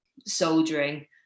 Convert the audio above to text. soldiering